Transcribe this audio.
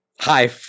high